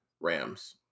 Rams